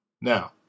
Now